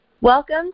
Welcome